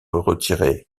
retirées